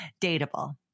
Dateable